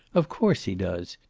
of course he does.